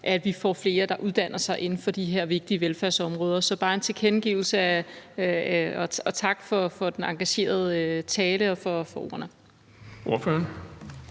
at vi får flere, der uddanner sig inden for de her vigtige velfærdsområder. Så det er bare en tilkendegivelse af det og en tak for den engagerede tale og for ordene.